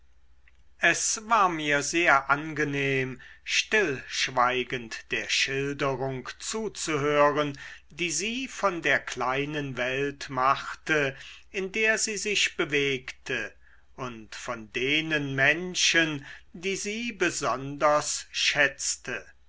es war mir sehr angenehm stillschweigend der schilderung zuzuhören die sie von der kleinen welt machte in der sie sich bewegte und von denen menschen die sie besonders schätzte